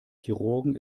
chirurgen